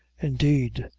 indeed,